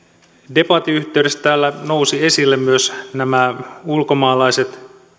debatin yhteydessä täällä nousivat esille myös nämä ulkomaalaiset